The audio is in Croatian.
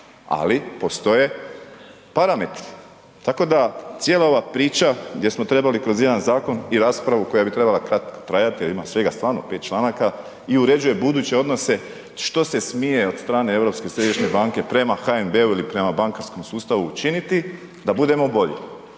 Ali postoje parametri. Tako da cijela ova priča gdje smo trebali kroz jedna zakon i raspravu koja bi trebala kratko trajati jer ima svega stvarno 5 članaka i uređuje buduće odnose što se smije od strane Europske središnje banke prema HNB-u ili prema bankarskom sustavu učiniti da budemo bolji.